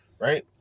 right